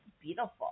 beautiful